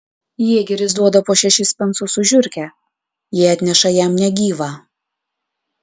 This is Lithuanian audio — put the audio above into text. jėgeris duoda po šešis pensus už žiurkę jei atneša jam negyvą